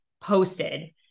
posted